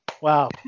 Wow